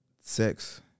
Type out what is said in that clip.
sex